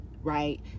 right